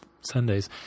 Sundays